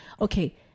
Okay